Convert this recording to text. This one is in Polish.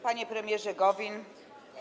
Panie Premierze Gowin!